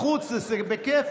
דיון, בחוץ, בכיף.